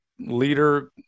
leader